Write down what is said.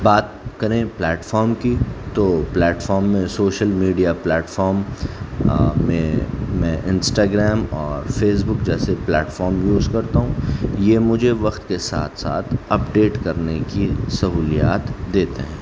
بات کریں پلیٹفام کی تو پلیٹفام میں سوشل میڈیا پلیٹفام میں میں انسٹاگرام اور فیسبک جیسے پلیٹفام یوز کرتا ہوں یہ مجھے وقت کے ساتھ ساتھ اپڈیٹ کرنے کی سہولیات دیتے ہیں